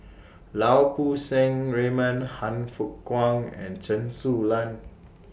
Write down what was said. Lau Poo Seng Raymond Han Fook Kwang and Chen Su Lan